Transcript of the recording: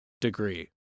degree